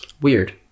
weird